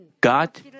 God